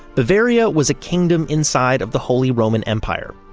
bavaria was a kingdom inside of the holy roman empire,